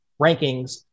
rankings